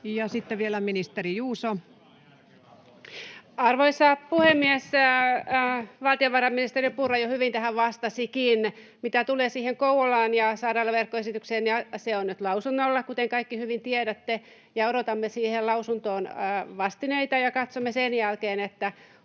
sitten vielä ministeri Juuso. Arvoisa puhemies! Valtiovarainministeri Purra jo hyvin tähän vastasikin. Mitä tulee Kouvolaan ja sairaalaverkkoesitykseen, niin se on nyt lausunnolla, kuten kaikki hyvin tiedätte. Odotamme siihen lausuntoon vastineita, ja katsomme sen jälkeen, ovatko